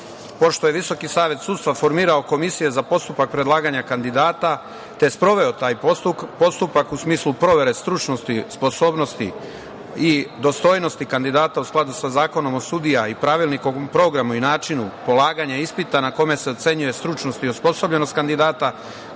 je Visoki savet sudstva formirao komisije za postupak predlaganja kandidata, te sproveo taj postupak u smislu provere stručnosti, sposobnosti i dostojnosti kandidata u skladu sa Zakonom o sudijama i Pravilnikom o programu i načinu polaganja ispita na kome se ocenjuje stručnost i osposobljenost kandidata